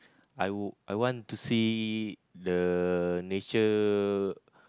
I would I want to see the nature